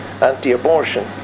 anti-abortion